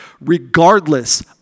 regardless